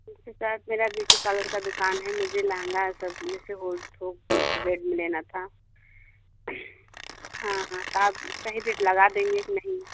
क्योंकि सर मेरी beauty parlour की दुकान है मुझे लहंगा ही सब में से होल थोक रेट में लेना था हाँ हाँ आप सही रेट लगा देंगे कि नहीं